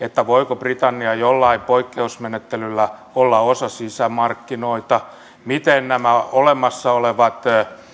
voiko britannia jollain poikkeusmenettelyllä olla osa sisämarkkinoita miten nämä olemassa olevat